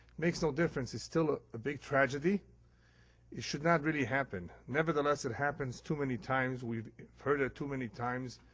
makes no difference. it is still a big tragedy it should not really happen. nevertheless, it happens too many times. we've heard it too many times,